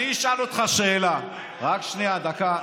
אני אשאל אותך שאלה, רק שנייה, דקה.